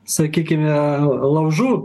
sakykime laužų